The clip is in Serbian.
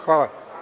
Hvala.